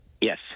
Yes